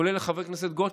כולל לחברת הכנסת גוטליב,